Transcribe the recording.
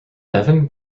evan